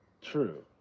True